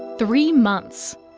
three months.